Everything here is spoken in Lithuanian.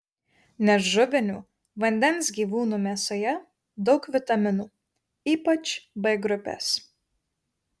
nežuvinių vandens gyvūnų mėsoje daug vitaminų ypač b grupės